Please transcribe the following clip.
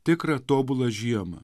tikrą tobulą žiemą